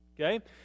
Okay